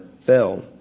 fell